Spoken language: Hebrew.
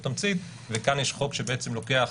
וכאן יש חוק שלוקח